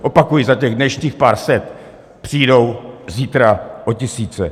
Opakuji, za těch dnešní pár set přijdou zítra o tisíce.